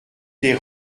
des